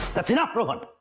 that's enough, rohan.